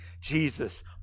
Jesus